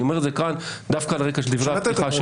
אני אומר את זה כאן דווקא על הרקע של דברי הפתיחה שלך.